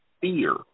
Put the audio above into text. fear